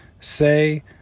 Say